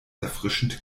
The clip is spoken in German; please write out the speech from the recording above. erfrischend